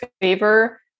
favor